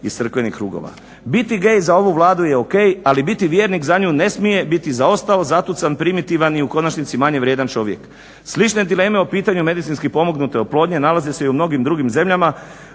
iz crkvenih krugova. Biti gay za ovu Vladu je o.k. ali biti vjernik za nju ne smije biti zaostao, zatucan, primitivan i u konačnici manje vrijedan čovjek. Slične dileme o pitanju medicinski pomognute oplodnje nalaze se i u mnogim drugim zemljama.